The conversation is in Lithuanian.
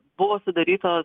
buvo sudarytos